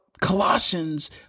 Colossians